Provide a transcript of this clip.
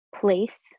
place